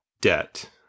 debt